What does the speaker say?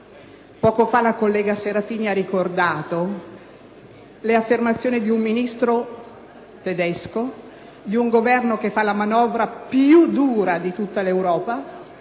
Poco fa la senatrice Serafini ha ricordato le affermazioni di un ministro tedesco, di un Governo che fa la manovra più dura di tutta l'Europa,